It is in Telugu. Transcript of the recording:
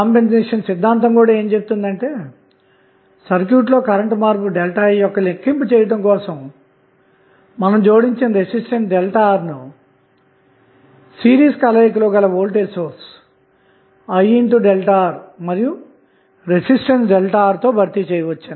కంపెన్సేషన్ సిద్ధాంతం కూడా ఏమి చెబుతుందంటే సర్క్యూట్లోకరెంటు మార్పు ΔI యొక్క లెక్కింపు చేయడం కోసం జోడించిన రెసిస్టెన్స్ ΔR ను సిరీస్ కలయిక లో గల వోల్టేజ్ సోర్స్ IΔR మరియు రెసిస్టెన్స్ ΔR తో భర్తీ చేయవచ్చు